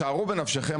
שערו בנפשכם,